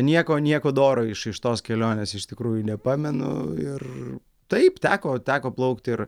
nieko nieko doro iš iš tos kelionės iš tikrųjų nepamenu ir taip teko teko plaukt ir